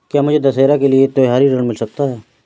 क्या मुझे दशहरा के लिए त्योहारी ऋण मिल सकता है?